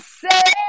say